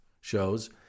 shows